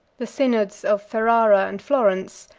the synods of ferrara and florence,